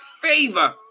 favor